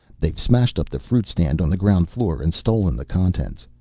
they've smashed up the fruit-stand on the ground floor and stolen the contents.